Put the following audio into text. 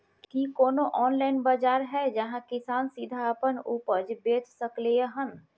की कोनो ऑनलाइन बाजार हय जहां किसान सीधा अपन उपज बेच सकलय हन?